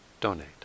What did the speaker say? donate